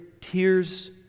tears